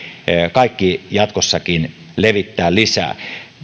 kaikki jatkossakin levittää lisää